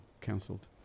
cancelled